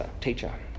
teacher